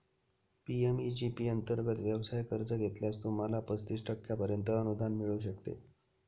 PMEG P अंतर्गत व्यवसाय कर्ज घेतल्यास, तुम्हाला पस्तीस टक्क्यांपर्यंत अनुदान मिळू शकते